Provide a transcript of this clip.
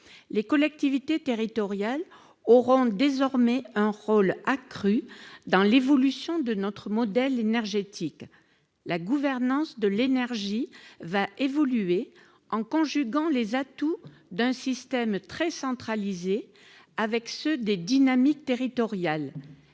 Les collectivités territoriales auront désormais un rôle accru dans l'évolution de notre modèle énergétique. La gouvernance de l'énergie va évoluer en conjuguant les atouts d'un système très centralisé avec ceux des dynamiques territoriales